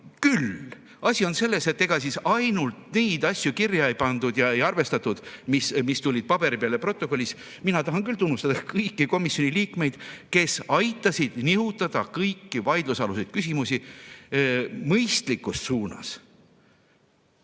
küll! Asi on selles, et ega siis ainult neid asju kirja ei pandud ja arvestatud, mis tulid paberi peal ja protokollis. Mina tahan küll tunnustada kõiki komisjoni liikmeid, kes aitasid nihutada kõiki vaidlusaluseid küsimusi mõistlikus suunas.